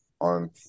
on